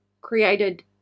created